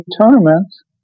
tournaments